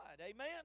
amen